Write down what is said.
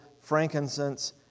frankincense